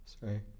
Sorry